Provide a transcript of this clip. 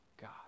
God